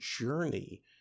journey